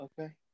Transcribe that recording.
Okay